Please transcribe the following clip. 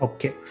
Okay